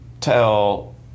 tell